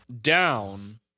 down